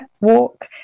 walk